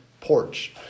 porch